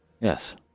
Yes